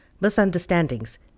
misunderstandings